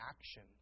action